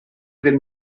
del